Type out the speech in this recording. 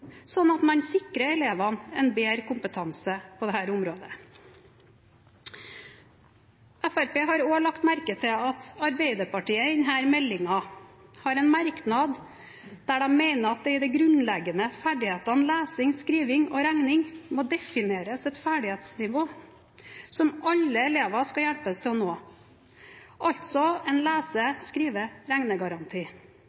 Sånn sikrer man elevene bedre kompetanse på dette området. Fremskrittspartiet har også lagt merke til at Arbeiderpartiet i denne meldingen har en merknad der de mener at det i de grunnleggende ferdighetene lesing, skriving og regning må defineres et ferdighetsnivå som alle elever skal hjelpes til å nå, altså en